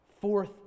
fourth